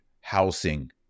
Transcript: housing